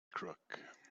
crook